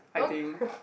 oh